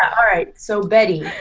alright, so, betty.